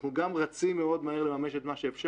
אנחנו גם רצים מהר מאוד לממש את מה שאפשר,